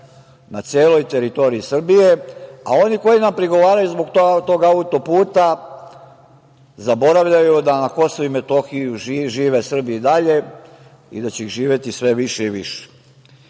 na celoj teritoriji Srbije. Oni koji nam prigovaraju zbog tog autoputa zaboravljaju da na KiM žive Srbi i dalje i da će ih živeti sve više i viš. Dame